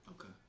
Okay